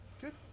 good